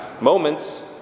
moments